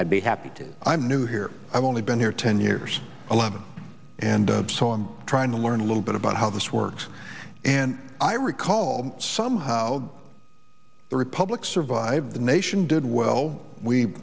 i'd be happy to i'm new here i've only been here ten years eleven and so i'm trying to learn a little bit about how this works and i recall somehow the republic survived the nation did well we